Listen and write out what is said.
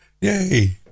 Yay